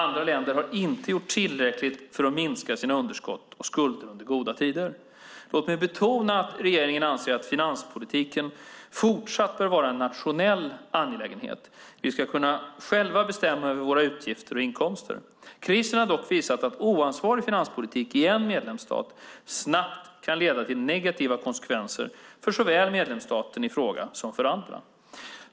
Andra länder har inte gjort tillräckligt för att minska sina underskott och skulder under goda tider. Låt mig betona att regeringen anser att finanspolitiken fortsatt bör vara en nationell angelägenhet. Vi ska själva kunna bestämma över våra utgifter och inkomster. Krisen har dock visat att oansvarig finanspolitik i en medlemsstat snabbt kan leda till negativa konsekvenser såväl för medlemsstaten i fråga som för andra.